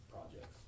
projects